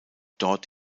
dort